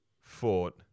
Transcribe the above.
fought